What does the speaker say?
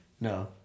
No